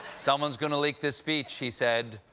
someone's going to leak this speech, he said,